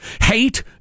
hate